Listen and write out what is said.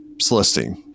Celestine